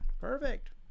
Perfect